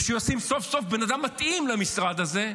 ושהוא ישים סוף סוף בן אדם מתאים למשרד הזה,